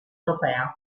europea